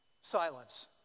Silence